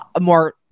more